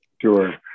Sure